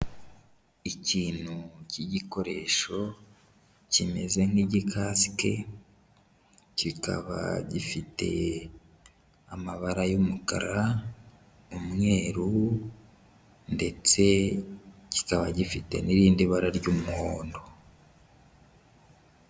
Ikintu k'igikoresho kimeze nk'igikasike, kikaba gifite amabara y'umukara, umweru ndetse kikaba gifite n'irindi bara ry'umuhondo.